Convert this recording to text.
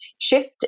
shift